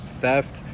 Theft